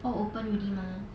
all open already mah